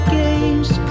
games